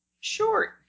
short